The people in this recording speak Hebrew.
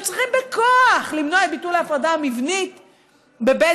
צריכים בכוח למנוע את ביטול ההפרדה המבנית בבזק,